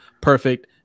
perfect